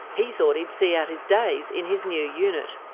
he thought he'd see out his days in his new unit.